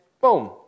boom